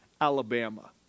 Alabama